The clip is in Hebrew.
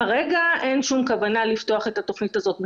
כרגע אין שום כוונה לפתוח את התוכנית הזאת מחדש.